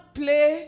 play